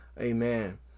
Amen